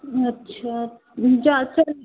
अच्छा जा